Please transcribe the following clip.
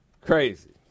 Crazy